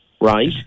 right